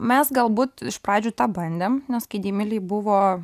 mes galbūt iš pradžių tą bandėm nes kai deimilei buvo